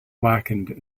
blackened